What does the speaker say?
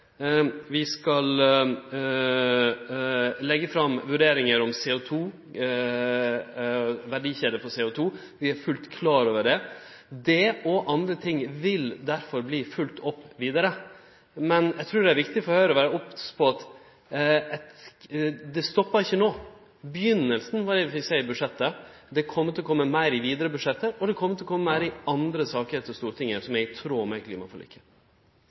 Vi skal leggje fram vurderingar om ei verdikjede for CO2 – vi er fullt klar over det. Det og andre ting vil derfor verte følgt opp vidare. Men eg trur det er viktig for Høgre å vere obs på at det stoppar ikkje no. Det var begynninga vi fekk sjå i budsjettet, og det vil kome meir i andre saker til Stortinget som er i tråd med klimaforliket.